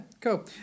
cool